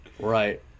right